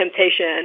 temptation